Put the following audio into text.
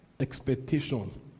Expectation